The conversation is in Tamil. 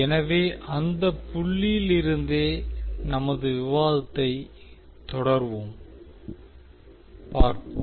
எனவே அந்த புள்ளியிலிருந்தே நமது விவாதத்தை தொடர்வோம் பார்ப்போம்